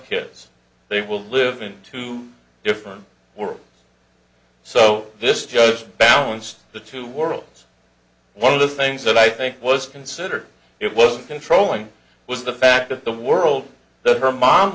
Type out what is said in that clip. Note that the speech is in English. kids they will live in two different worlds so this just balanced the two worlds one of the things that i think was considered it wasn't controlling was the fact that the world that her mom